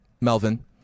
Melvin